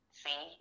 see